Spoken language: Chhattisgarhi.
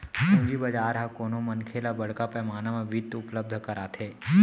पूंजी बजार ह कोनो मनखे ल बड़का पैमाना म बित्त उपलब्ध कराथे